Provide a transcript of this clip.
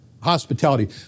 hospitality